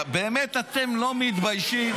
באמת, אתם לא מתביישים?